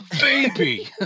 baby